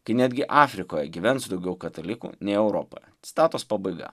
kai netgi afrikoje gyvens daugiau katalikų nei europoje citatos pabaiga